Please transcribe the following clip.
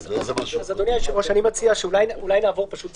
אדוני היושב-ראש, אני מציע שנעבור סעיף-סעיף.